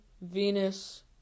Venus